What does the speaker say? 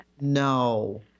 No